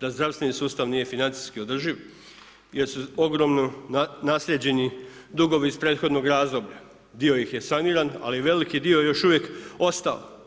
da zdravstveni sustav nije financijski održiv jer su ogromno naslijeđeni dugovi iz prethodnog razdoblja, dio ih je saniran ali veliki dio je još uvijek ostao.